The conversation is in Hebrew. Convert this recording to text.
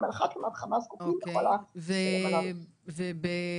הם על אחת כמה וכמה זקוקים כל --- לא "ייפלו",